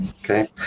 okay